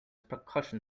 percussion